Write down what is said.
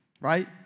right